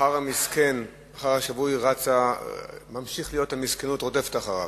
אחר המסכן, אחר השבוי, המסכנות רודפת אחריו.